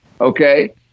Okay